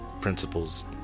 principles